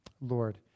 Lord